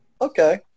Okay